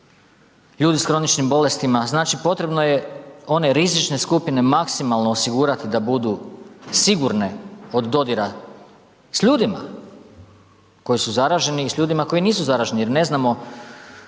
ljudi s kroničnim bolestima. Znači, potrebno je one rizične skupine maksimalno osigurat da budu sigurne od dodira s ljudima koji su zaraženi i s ljudima koji nisu zaraženi jer ne znamo